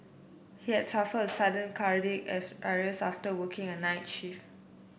he had suffered a sudden cardiac arrest after working a night shift